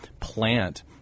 plant